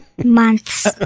Months